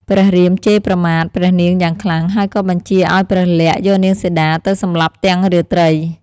ព្រះរាមជេរប្រមាថព្រះនាងយ៉ាងខ្លាំង ហើយក៏បញ្ជាឱ្យព្រះលក្សណ៍យកនាងសីតាទៅសម្លាប់ទាំងរាត្រី។